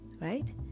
right